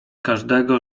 każdego